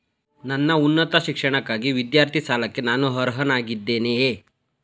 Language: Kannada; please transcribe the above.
ನನ್ನ ಉನ್ನತ ಶಿಕ್ಷಣಕ್ಕಾಗಿ ವಿದ್ಯಾರ್ಥಿ ಸಾಲಕ್ಕೆ ನಾನು ಅರ್ಹನಾಗಿದ್ದೇನೆಯೇ?